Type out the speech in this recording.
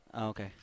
Okay